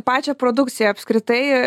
pačią produkciją apskritai